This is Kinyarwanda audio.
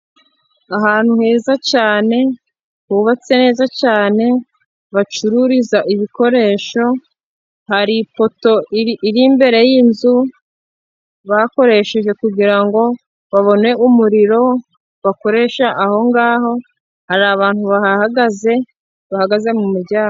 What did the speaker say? Ahantu heza cyane, hubatse neza cyane, bacururiza ibikoresho, hariho ipoto iri imbere yinzu bakoresheje kugirango ngo babone umuriro, bakoresha aho ngaho ngaho hari abantu bahagaze bahagaze mu muryango.